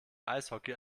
eishockey